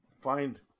find